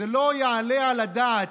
לא יעלה על הדעת,